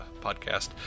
podcast